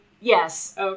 Yes